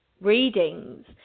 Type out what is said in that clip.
readings